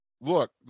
look